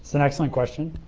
an excellent question.